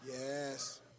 Yes